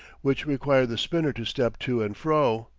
which required the spinner to step to and fro.